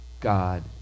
God